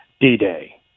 D-Day